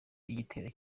igitero